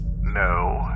No